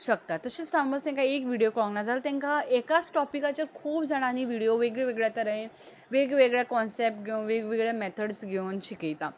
शकता तशेंच समज तेंकां एक विडिओ कळोंक नाजाल्यार तांकां एकाच टॉपिकाचेर खूब जाणांनी विडिओ वेगळ्यावेगळ्या तरेन वेगळ्यावेगळ्या कॉनसेप्टान एप घेवन वेगवेगळ्या मेथड्स घेवन शिकयता